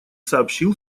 сообщил